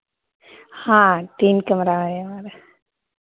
हाँ तीन कमरा है हमारा